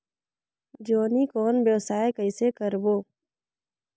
जोणी कौन व्यवसाय कइसे करबो?